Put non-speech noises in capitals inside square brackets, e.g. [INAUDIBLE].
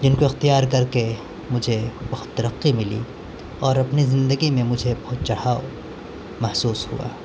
جن کو اختیار کر کے مجھے بہت ترقی ملی اور اپنی زندگی میں مجھے [UNINTELLIGIBLE] چاہا محسوس ہوا